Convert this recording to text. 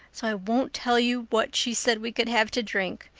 so i won't tell you what she said we could have to drink.